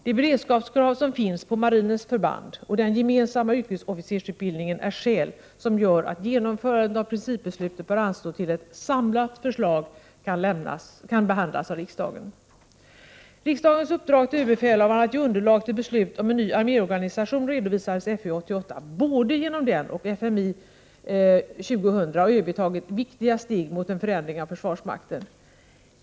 De beredskapskrav som finns på marinens förband och den gemensamma yrkesofficersutbildningen är skäl som gör att genomförandet av principbeslutet bör anstå, tills ett samlat förslag kan behandlas av riksdagen. Riksdagens uppdrag till ÖB att ge underlag till beslut om en ny arméorganisation redovisades i FU88. Både genom denna och FMI 2000 har ÖB tagit viktiga steg mot en förändring av försvarsmakten.